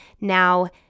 Now